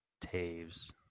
Taves